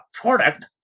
product